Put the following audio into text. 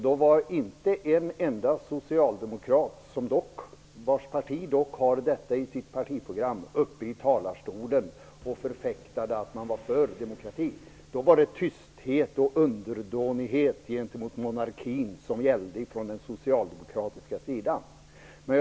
Då var inte en enda socialdemokrat, vars parti dock har detta i sitt partiprogram, uppe i talarstolen och förfäktade att man var för demokrati. Då var det tysthet och underdånighet gentemot monarkin som gällde från den socialdemokratiska sidan.